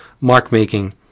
mark-making